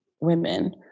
women